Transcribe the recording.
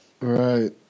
Right